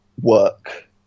work